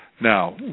Now